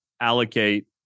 allocate